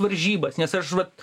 varžybas nes aš vat